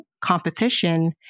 competition